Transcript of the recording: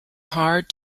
hard